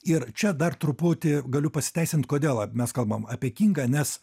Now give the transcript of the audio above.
ir čia dar truputį galiu pasiteisint kodėl mes kalbam apie kingą nes